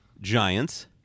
Giants